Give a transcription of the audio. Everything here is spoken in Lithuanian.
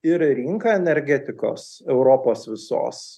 ir į rinką energetikos europos visos